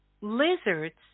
lizards